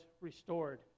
restored